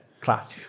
class